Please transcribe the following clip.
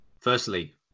Firstly